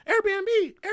Airbnb